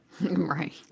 Right